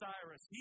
Cyrus